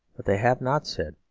but they have not said,